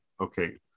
Okay